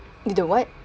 with the what